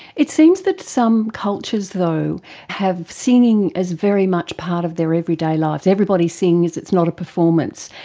it seems that some cultures though have singing as very much part of their everyday life. everybody sings, it's not a performance.